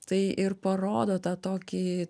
tai ir parodo tą tokį